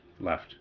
Left